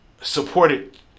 supported